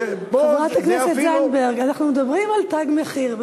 חברת הכנסת זנדברג, אנחנו מדברים על "תג מחיר".